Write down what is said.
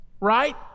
right